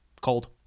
Cold